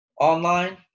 online